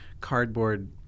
cardboard